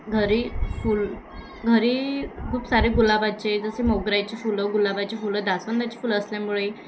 घरी फूल घरी खूप सारे गुलाबाचे जसे मोगऱ्याची फुलं गुलाबाची फुलं जास्वंदाची फुलं असल्यामुळे